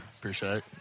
Appreciate